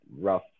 rough